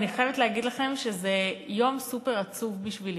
אני חייבת להגיד לכם שזה יום סופר-עצוב בשבילי.